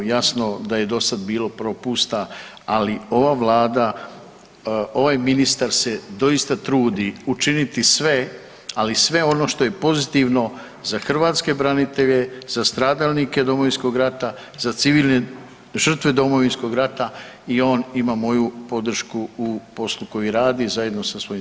Jasno da je do sada bilo propusta, ali ova Vlada, ovaj ministar se doista trudi učiniti sve, ali sve ono što je pozitivno za hrvatske branitelje, za stradalnike Domovinskog rata, za civilne žrtve Domovinskog rata i on ima moju podršku u poslu koji radi zajedno sa svojim suradnicima.